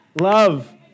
love